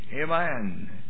Amen